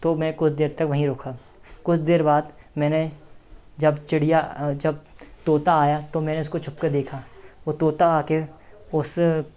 तो मैं कुछ देर तक वहीं रुका कुछ देर बाद मैंने जब चिड़िया जब तोता आया तो मैंने उसको छुपकर देखा वह तोता आकर उस